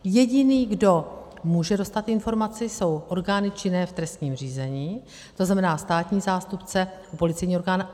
Jediný, kdo může dostat informaci, jsou orgány činné v trestním řízení, to znamená státní zástupce, policejní orgán.